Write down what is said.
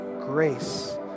grace